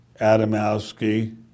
Adamowski